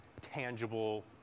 tangible